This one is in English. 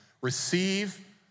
receive